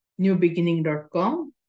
newbeginning.com